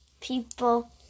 people